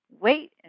Wait